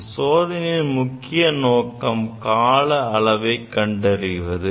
இந்த சோதனையின் முக்கிய நோக்கம் காலஅளவை கண்டறிவது